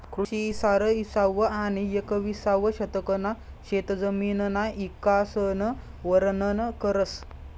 कृषी इस्तार इसावं आनी येकविसावं शतकना शेतजमिनना इकासन वरनन करस